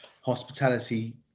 hospitality